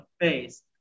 face